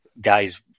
guys